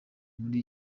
muri